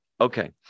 Okay